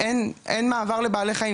אין מעבר לבעלי חיים,